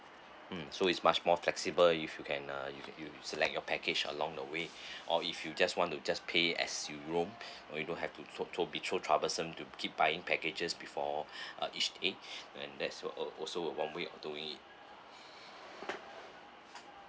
mm so is much more flexible if you can uh you you select your package along the way or if you just want to just pay as you roam you don't have to so so be troublesome to keep buying packages before uh each day and there's al~ also one way of doing it